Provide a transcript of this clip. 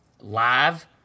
live